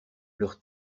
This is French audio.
leur